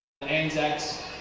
Anzacs